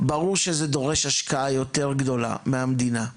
ברור שזה דורש השקעה יותר גדולה מהמדינה,